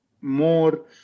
more